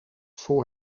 voor